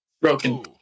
Broken